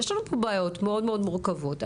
יש לנו בעיות מאוד מאוד מורכבות.